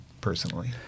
personally